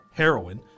heroin